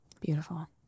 Beautiful